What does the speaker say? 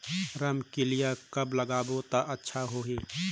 रमकेलिया कब लगाबो ता अच्छा होही?